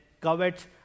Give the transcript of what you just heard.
covets